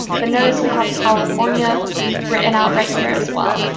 but notice we have california written out right here as well.